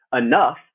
enough